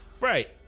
right